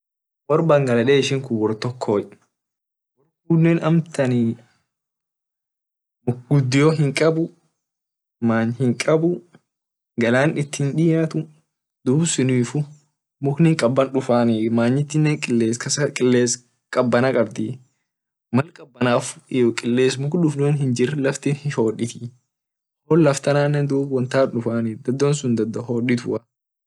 Wor bangladeshi kun wor tokoo wor kune amtanii muk gudio hinkabu many hinkabu galan itin hindiatu dub sunifu mukni kaban dufani iyo manyitinne kiles kabana kabdii mal kiles hinjir laftin hihoditii won laftana dub won sun dufanii dado tun dado hoditua.